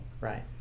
Right